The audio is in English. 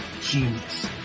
genius